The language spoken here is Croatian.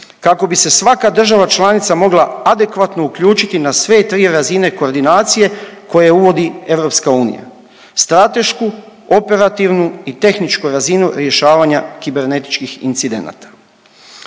kako bi se svaka država članica mogla adekvatno uključiti na sve tri razine koordinacije koje uvodi EU, stratešku, operativnu i tehničku razinu rješavanja kibernetičkih incidenata.